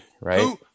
right